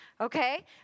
okay